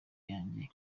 yanjye